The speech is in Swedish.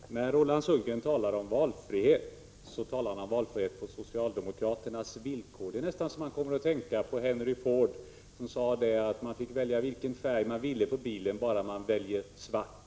Herr talman! När Roland Sundgren talar om valfrihet, avser han valfrihet på socialdemokraternas villkor. Det är nästan så att man kommer att tänka på ett uttalande av Henry Ford. Han sade att man fick välja vilken färg man ville ha på bilen bara man valde svart.